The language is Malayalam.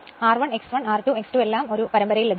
അതിനാൽ R1 X1 R2 X2 എല്ലാം സീരീസിൽ ലഭിക്കും